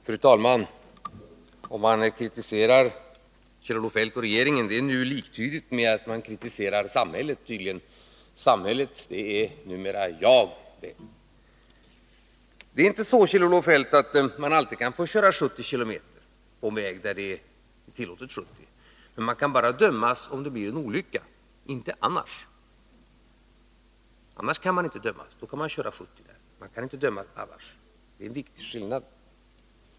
Fru talman! Om man kritiserar Kjell-Olof Feldt och regeringen är det tydligen liktydigt med att man kritiserar samhället. Samhället är numera "Ry Det är inte så, Kjell-Olof Feldt, att man alltid får köra med en hastighet av 70 kilometer i timmen på en väg där den hastigheten är tillåten. Men man kan bara dömas om en olycka händer, inte annars. Det är en viktig skillnad.